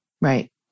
Right